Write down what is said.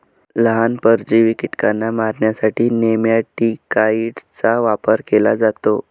लहान, परजीवी कीटकांना मारण्यासाठी नेमॅटिकाइड्सचा वापर केला जातो